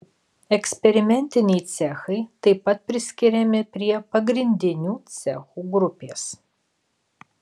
eksperimentiniai cechai taip pat priskiriami prie pagrindinių cechų grupės